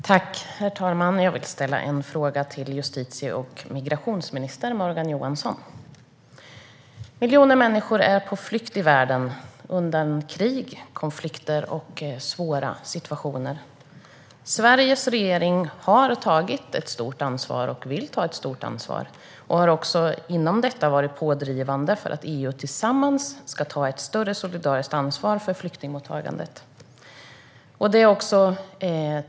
Herr talman! Jag vill ställa en fråga till justitie och migrationsminister Morgan Johansson. Miljoner människor är på flykt i världen undan krig, konflikter och svåra situationer. Sveriges regering har tagit ett stort ansvar, vill ta ett stort ansvar och har varit pådrivande för att EU tillsammans ska ta ett större solidariskt ansvar för flyktingmottagandet.